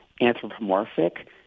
anthropomorphic